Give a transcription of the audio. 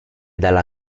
dalla